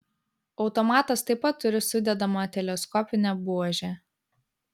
automatas taip pat turi sudedamą teleskopinę buožę